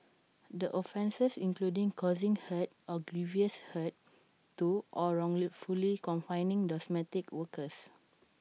the offences included causing hurt or grievous hurt to or wrongfully confining domestic workers